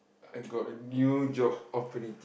I got a new job opportunity